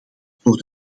voor